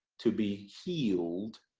to be healed,